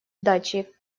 дачей